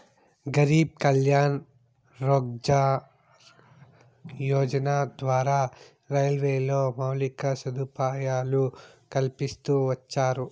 గరీబ్ కళ్యాణ్ రోజ్గార్ యోజన ద్వారా రైల్వేలో మౌలిక సదుపాయాలు కల్పిస్తూ వచ్చారు